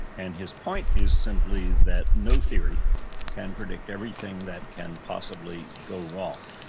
and his point is simply that no theory can predict everything that can possibly go wrong.